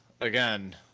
again